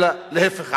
אלא להיפך,